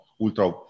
ultra